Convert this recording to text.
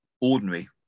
ordinary